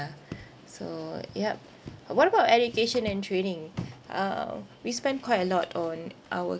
so yup uh what about education and training uh we spend quite a lot on our